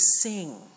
sing